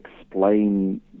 explain